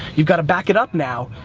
you've got to back it up now.